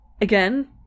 Again